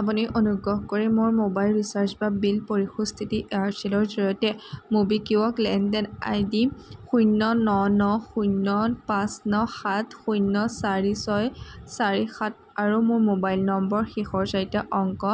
আপুনি অনুগ্ৰহ কৰি মোৰ মোবাইল ৰিচাৰ্জ বা বিল পৰিশোধ স্থিতি এয়াৰচেলৰ জৰিয়তে মোবিকিৱক লেনদেন আইডি শূন্য ন ন শূন্য পাঁচ ন সাত শূন্য চাৰি ছয় চাৰি সাত আৰু মোৰ মোবাইল নম্বৰৰ শেষৰ চাৰিটা অংক